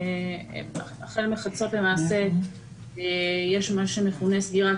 החל מחצות למעשה יש מה שמכונה סגירת